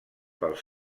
pels